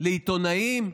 של עיתונאים?